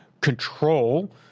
control